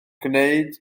gwneud